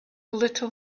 little